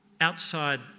outside